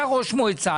אתה ראש מועצה,